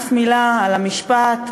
אף מילה על המשפט,